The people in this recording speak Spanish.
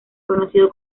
conocido